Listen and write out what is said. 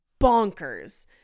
bonkers